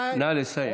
נא לסיים.